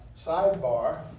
sidebar